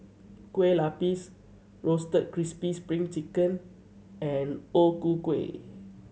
Kueh Lupis Roasted Crispy Spring Chicken and O Ku Kueh